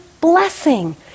blessing